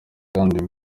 kandi